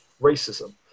racism